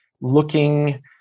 looking